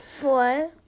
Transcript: Four